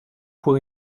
pour